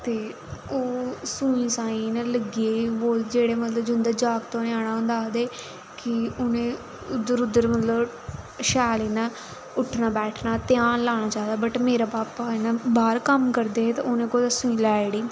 ते ओह् सुई साई इयां लग्गी गेई बोल जेह्ड़े मतलब जिंदे जागत होने आह्ला होंदा आखदे कि नें उद्धर उद्धर मतलब शैल यां उट्ठना बैठना ध्यान लाना चाहिदा बट मेरे पापा बाह्र कम्म करदे हे ते उ'नें कुदै सुई लाई ओड़ी